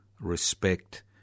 respect